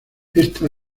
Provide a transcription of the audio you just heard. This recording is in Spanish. esta